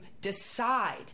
decide